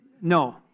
No